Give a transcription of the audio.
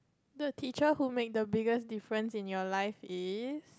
the teacher who make the biggest difference in your life is